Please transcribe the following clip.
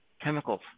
chemicals